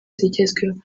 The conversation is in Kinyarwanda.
zigezweho